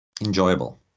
enjoyable